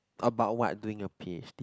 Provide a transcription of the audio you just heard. about what doing the P_H_D